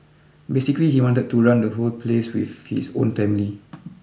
basically he wanted to run the whole place with his own family